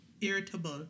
Irritable